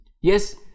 Yes